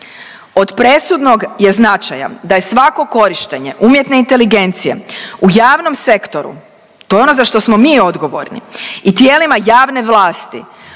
Od presudnog je značaja da je svako korištenje umjetne inteligencije u javnom sektoru, to je ono za što smo mi odgovorni i tijelima javne vlasti